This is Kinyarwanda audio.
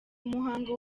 muhango